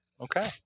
Okay